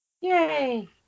Yay